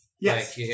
Yes